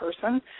person